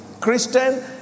Christian